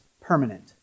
permanent